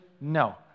No